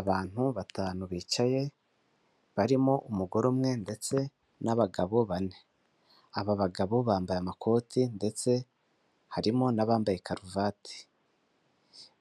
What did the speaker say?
Abantu batanu bicaye barimo umugore umwe ndetse n'abagabo bane, aba bagabo bambaye amakoti ndetse harimo n'abambaye karuvati